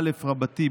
הזה: